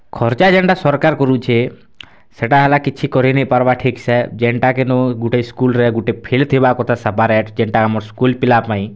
ଖର୍ଚ୍ଚା ଯେନ୍ଟା ସର୍କାର୍ କରୁଚେ ସେଟା ହେଲା କିଛି କରି ନେଇଁ ପାର୍ବା ଠିକ୍ସେ ଯେନ୍ଟା କେନୁ ଗୁଟେ ସ୍କୁଲ୍ରେ ଗୁଟେ ଫିଲ୍ଡ ଥିବା କଥା ସେପାରେଟ୍ ଯେନ୍ଟା ଆମର୍ ସ୍କୁଲ୍ ପିଲା ପାଇଁ